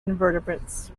invertebrates